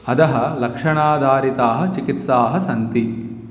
अधः लक्षणाधारिताः चिकित्साः सन्ति